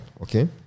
okay